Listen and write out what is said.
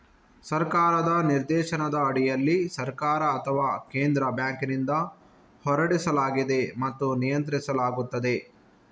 ಸರ್ಕಾರದ ನಿರ್ದೇಶನದ ಅಡಿಯಲ್ಲಿ ಸರ್ಕಾರ ಅಥವಾ ಕೇಂದ್ರ ಬ್ಯಾಂಕಿನಿಂದ ಹೊರಡಿಸಲಾಗಿದೆ ಮತ್ತು ನಿಯಂತ್ರಿಸಲಾಗುತ್ತದೆ